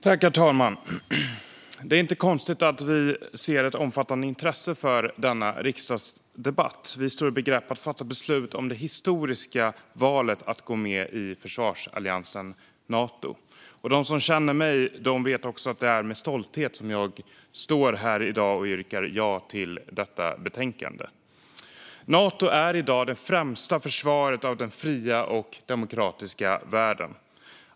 Herr talman! Det är inte konstigt att vi ser ett omfattande intresse för denna riksdagsdebatt. Vi står i begrepp att fatta beslut om det historiska valet att gå med i försvarsalliansen Nato. De som känner mig vet att det är med stolthet jag står här i dag och yrkar bifall till förslaget i betänkandet. Nato är i dag det främsta försvaret för den fria och demokratiska världen.